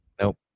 Nope